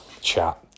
chat